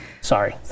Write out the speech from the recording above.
Sorry